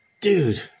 dude